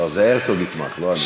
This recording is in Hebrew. לא, זה, הרצוג ישמח, לא אני.